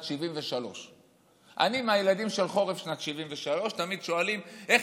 73'". אני מהילדים של חורף שנת 73'. תמיד שואלים איך